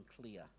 clear